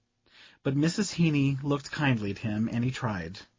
but mrs. heeny looked kindly at him and he tried.